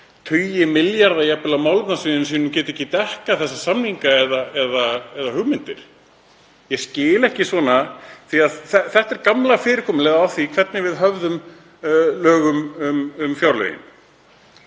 tugi milljarða jafnvel á málefnasviðum sínum geti ekki dekkað þessa samninga eða hugmyndir. Ég skil ekki svona því að þetta er gamla fyrirkomulagið á því hvernig við höfðum lög um fjárlögin.